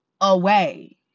away